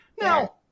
Now